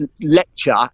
lecture